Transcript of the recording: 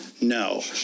No